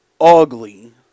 ugly